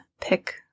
pick